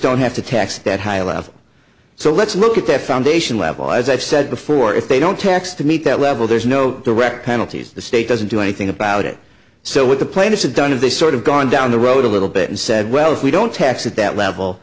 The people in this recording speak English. don't have to tax that high level so let's look at that foundation level as i've said before if they don't tax to meet that level there's no direct penalties the state doesn't do anything about it so what the plaintiffs have done is they sort of gone down the road a little bit and said well if we don't tax at that level